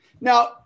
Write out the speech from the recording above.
Now